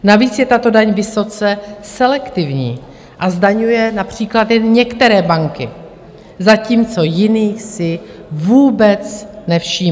Navíc je tato daň vysoce selektivní a zdaňuje například jen některé banky, zatímco jiných si vůbec nevšímá.